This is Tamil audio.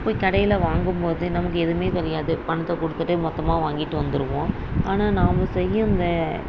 போய் கடையில் வாங்கும்போது நமக்கு எதுவுமே தெரியாது பணத்தை கொடுத்துட்டு மொத்தமாக வாங்கிட்டு வந்துருவோம் ஆனால் நாம செய்யிறதை